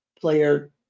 player